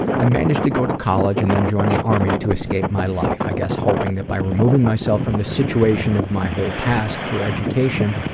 i managed to go to college and then joined the army to escape my life, i guess hoping that by removing myself from the situation of my whole past through education,